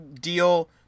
deal